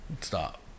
Stop